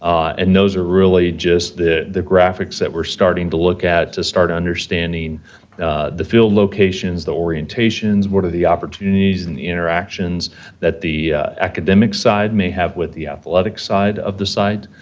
um and those are really just the the graphics that we're starting to look at to start understanding the field locations, the orientations, what are the opportunities and the interactions that the academic side may have with the athletic side of the site.